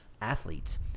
athletes